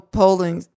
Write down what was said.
polling